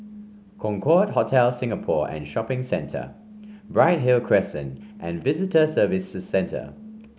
Concorde Hotel Singapore and Shopping Centre Bright Hill Crescent and Visitor Services Centre